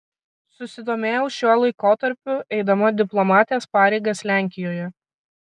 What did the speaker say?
susidomėjau šiuo laikotarpiu eidama diplomatės pareigas lenkijoje